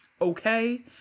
okay